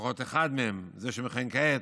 לפחות אחד מהם, זה שמכהן כעת,